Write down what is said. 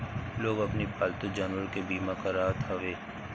लोग अपनी पालतू जानवरों के बीमा करावत हवे